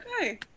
Okay